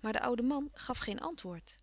maar de oude man gaf geen antwoord